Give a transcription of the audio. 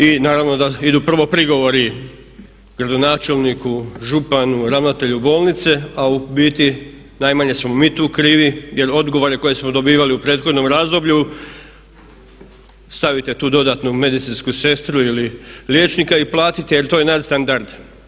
I naravno da idu prvo prigovori gradonačelniku, županu, ravnatelju bolnice a u biti najmanje smo mi tu krivi jer odgovore koje smo dobivali u prethodnom razdoblju stavite tu dodatnu medicinsku sestru ili liječnika i platite jer to je nadstandard.